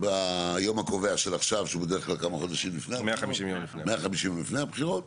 ביום הקובע של עכשיו שהוא בדרך כלל 150 יום לפני הבחירות,